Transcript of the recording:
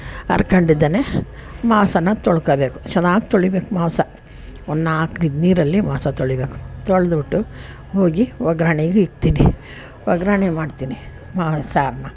ಅರ್ಕೊಂಡಿದ್ದೇನೆ ಮಾಂಸನ ತೊಳ್ಕೊಬೇಕು ಚೆನ್ನಾಗ್ ತೊಳೀಬೇಕು ಮಾಂಸ ಒಂದು ನಾಲ್ಕು ಇದು ನೀರಲ್ಲಿ ಮಾಂಸ ತೊಳೀಬೇಕು ತೊಳ್ದು ಬಿಟ್ಟು ಹೋಗಿ ಒಗ್ಗರ್ಣೆಗೆ ಇಕ್ತೀನಿ ಒಗ್ಗರಣೆ ಮಾಡ್ತೀನಿ ಮಾ ಸಾರನ್ನು